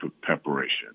preparation